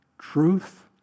Truth